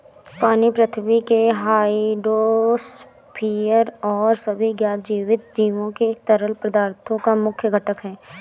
पानी पृथ्वी के हाइड्रोस्फीयर और सभी ज्ञात जीवित जीवों के तरल पदार्थों का मुख्य घटक है